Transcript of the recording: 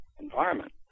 environment